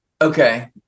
okay